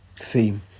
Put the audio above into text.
theme